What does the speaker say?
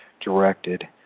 directed